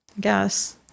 Guess